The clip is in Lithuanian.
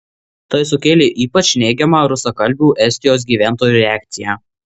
tai sukėlė ypač neigiamą rusakalbių estijos gyventojų reakciją